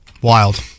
wild